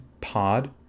pod